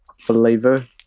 flavor